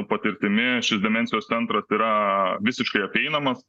patirtimi šis demencijos centras yra visiškai apeinamas